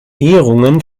ehrungen